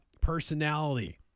personality